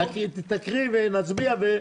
תקריאי ונצביע.